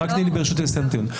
רק תני לי, ברשותך, לסיים את הטיעון.